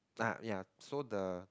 ah ya so the